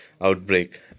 outbreak